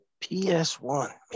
PS1